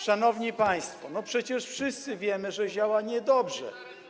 Szanowni państwo, przecież wszyscy wiemy, że działa niedobrze.